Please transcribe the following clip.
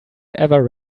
ever